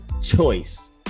choice